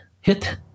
hit